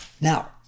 Now